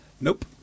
Nope